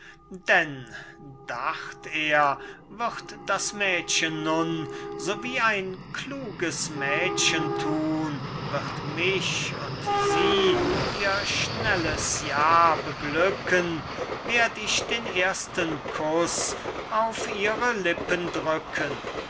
denn dacht er wird das mädchen nun so wie ein kluges mädchen tun wird mich und sie ihr schnelles ja beglücken werd ich den ersten kuß auf ihre lippen drücken